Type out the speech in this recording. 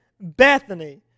Bethany